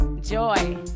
Joy